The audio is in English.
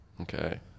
Okay